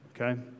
Okay